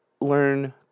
learn